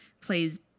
plays